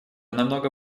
намного